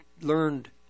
learned